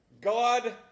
God